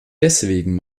deswegen